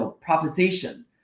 proposition